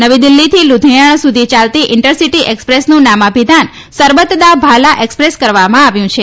નવી દિલ્હીથી લુધિયાણા સુધી યાલતી ઇન્ટરસિટી એક્સપ્રેસનું નામાભિધાન સરબત દા ભાલા એક્સપ્રેસ કરવામાં આવ્યું છે